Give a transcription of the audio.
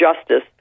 justice